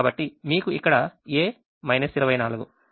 కాబట్టి మీకు ఇక్కడ a 24